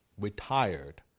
retired